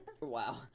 Wow